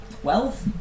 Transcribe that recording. Twelve